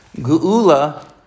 Ge'ula